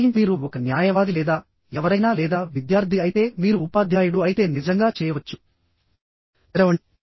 client మీరు ఒక న్యాయవాది లేదా ఎవరైనా లేదా విద్యార్థి అయితే మీరు ఉపాధ్యాయుడు అయితే నిజంగా చేయవచ్చు తెరవండి